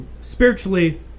spiritually